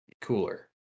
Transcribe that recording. cooler